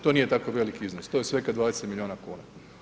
To nije tako veliki iznos, to je svega 20 milijuna kuna.